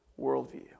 worldview